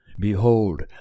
Behold